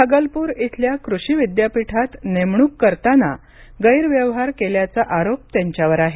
भागलपुर इथल्या कृषि विद्यापीठात नेमणूक करताना गैरव्यवहार केल्याचा आरोप त्यांच्यावर आहे